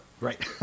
Right